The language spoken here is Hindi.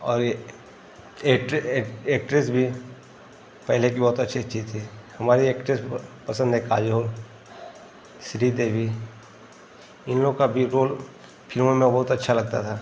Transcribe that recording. और ये एक्ट्रेस भी पहेले की बहुत अच्छी अच्छी थी हमारी एक्ट्रेस पसंद है काजोल श्री देवी इन लोग का भी रोल फिल्मों में बहुत अच्छा लगता है